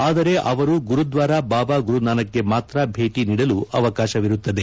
ಅದರೆ ಅವರು ಗುರುದ್ವಾರ ಬಾಬಾ ಗುರುನಾನಕ್ಗೆ ಮಾತ್ರ ಭೇಟಿ ನೀಡಲು ಅವಕಾಶವಿರುತ್ತದೆ